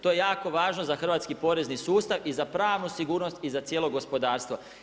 To je jako važno za hrvatski porezni sustav i za pravnu sigurnost i za cijelo gospodarstvo.